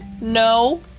No